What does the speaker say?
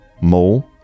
mole